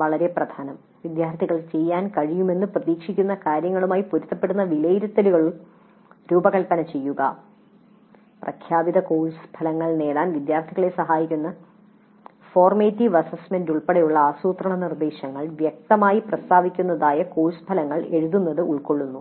വളരെ പ്രധാനം" വിദ്യാർത്ഥികൾക്ക് ചെയ്യാൻ കഴിയുമെന്ന് പ്രതീക്ഷിക്കുന്ന കാര്യങ്ങളുമായി പൊരുത്തപ്പെടുന്ന വിലയിരുത്തലുകൾ രൂപകൽപ്പന ചെയ്യുക പ്രഖ്യാപിത കോഴ്സ് ഫലങ്ങൾ നേടാൻ വിദ്യാർത്ഥികളെ സഹായിക്കുന്ന ഫോർമാറ്റീവ് അസസ്മെന്റുകൾ ഉൾപ്പെടെയുള്ള ആസൂത്രണ നിർദ്ദേശങ്ങൾ വൃക്തമായി പ്രസ്താവിക്കുന്നതായ കോഴ്സ് ഫലങ്ങൾ എഴുതുന്നത് ഉൾക്കൊള്ളുന്നു